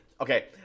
okay